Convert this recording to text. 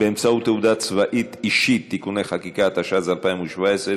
הצעת חוק הביטוח הלאומי (תיקון מס' 191)